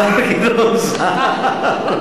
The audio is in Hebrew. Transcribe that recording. השר גדעון סער.